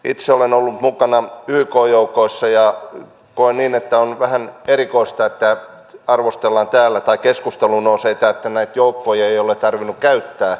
itse olen ollut mukana yk joukoissa ja koen niin että on vähän erikoista että keskusteluun nousevat täällä nämä joukot joita ei ole tarvinnut käyttää